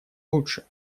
лучше